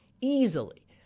easily